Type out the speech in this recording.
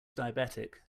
diabetic